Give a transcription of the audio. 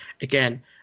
again